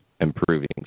improving